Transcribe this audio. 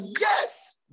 yes